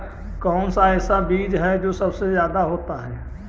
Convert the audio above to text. कौन सा ऐसा बीज है जो सबसे ज्यादा होता है?